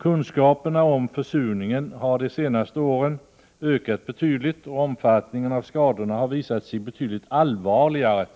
Kunskaperna om försurningen har de senaste åren ökat betydligt, och omfattningen av skadorna har visat sig betydligt allvarligare